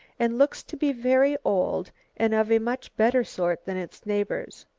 and looks to be very old and of a much better sort than its neighbours.